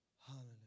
Hallelujah